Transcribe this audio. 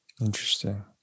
Interesting